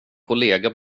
kollega